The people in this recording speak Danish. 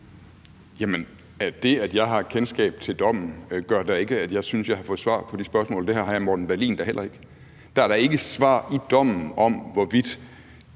Jamen det, at jeg har kendskab til dommen, gør da ikke, at jeg synes, at jeg har fået svar på de spørgsmål – det har hr. Morten Dahlin da heller ikke. Der er da ikke svar i dommen på, hvorvidt